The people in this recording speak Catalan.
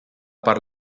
part